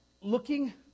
looking